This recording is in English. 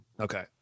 okay